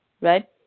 right